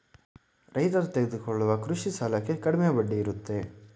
ರೈತರು ತೆಗೆದುಕೊಳ್ಳುವ ಕೃಷಿ ಸಾಲಕ್ಕೆ ಕಡಿಮೆ ಬಡ್ಡಿ ಇರುತ್ತೆ